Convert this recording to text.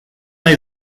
nahi